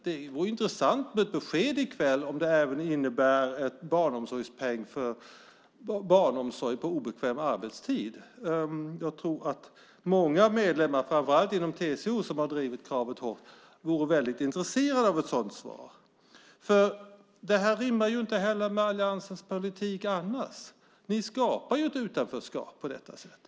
Det vore intressant med ett besked i kväll om det här innebär en barnomsorgspeng för barnomsorg på obekväm arbetstid. Jag tror att många medlemmar framför allt inom TCO, som har drivit kravet hårt, vore intresserade av ett sådant svar. Det här rimmar inte heller med alliansens politik. Ni skapar ett utanförskap på detta sätt.